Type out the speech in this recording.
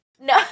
No